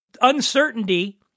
uncertainty